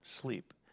sleep